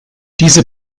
diese